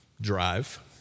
drive